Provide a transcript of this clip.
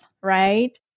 Right